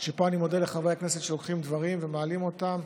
פה אני מודה לחברי הכנסת שלוקחים דברים ומעלים אותם,